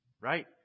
right